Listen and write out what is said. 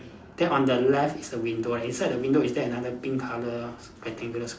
then on the left is a window inside the window is there another pink colour rectangular s~